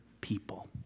people